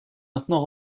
maintenant